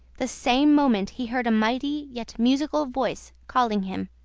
the same moment he heard a mighty yet musical voice calling him.